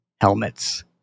helmets